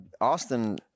Austin